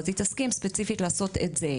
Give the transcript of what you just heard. אז היא תסכים ספציפית לעשות את זה.